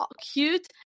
cute